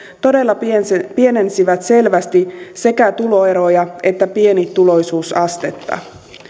todella pienensivät pienensivät selvästi sekä tuloeroja että pienituloisuusastetta